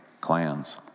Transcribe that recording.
clans